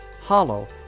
Hollow